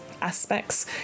aspects